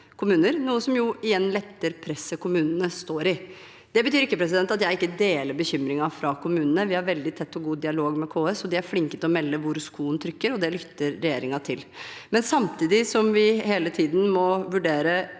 noe som igjen letter presset kommunene står i. Det betyr ikke at jeg ikke deler bekymringen fra kommunene. Vi har veldig tett og god dialog med KS. De er flinke til å melde hvor skoen trykker, og det lytter regjeringen til. Samtidig som vi hele tiden må vurdere